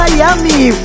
Miami